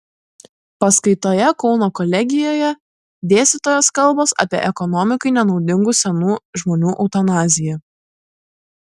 paskaitoje kauno kolegijoje dėstytojos kalbos apie ekonomikai nenaudingų senų žmonių eutanaziją